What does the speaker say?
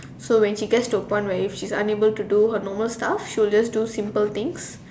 so when she gets to a point where if she is unable to do her normal stuff she would just do simple things